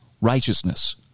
righteousness